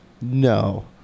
no